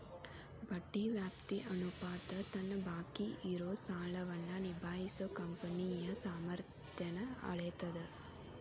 ಬಡ್ಡಿ ವ್ಯಾಪ್ತಿ ಅನುಪಾತ ತನ್ನ ಬಾಕಿ ಇರೋ ಸಾಲವನ್ನ ನಿಭಾಯಿಸೋ ಕಂಪನಿಯ ಸಾಮರ್ಥ್ಯನ್ನ ಅಳೇತದ್